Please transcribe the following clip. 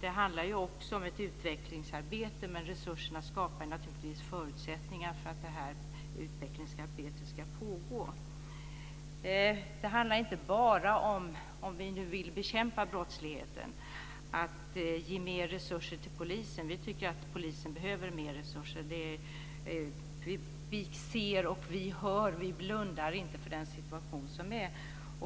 Det handlar också om ett utvecklingsarbete. Men resurserna skapar naturligtvis förutsättningar för att utvecklingsarbetet ska pågå. Om vi nu vill bekämpa brottsligheten handlar det inte bara om att ge mer resurser till polisen. Vi tycker att polisen behöver mer resurser. Vi ser och vi hör, och vi blundar inte för den situation som är.